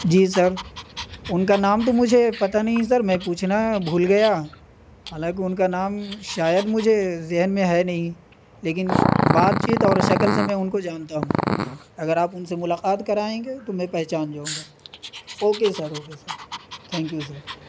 جی sir ان کا نام تو مجھے پتا نہیں سر میں پوچھنا بھول گیا حالانکہ ان کا نام شاید مجھے ذہن میں ہے نہیں لیکن بات چیت اور شکل سے میں ان کو جانتا ہوں اگر آپ ان سے ملاقات کرائیں گے تو میں پہچان جاؤں گا okay sir okay sir thank you sir